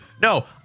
No